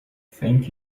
thank